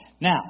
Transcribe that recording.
Now